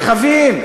רכבים.